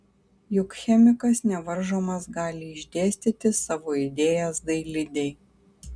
juk chemikas nevaržomas gali išdėstyti savo idėjas dailidei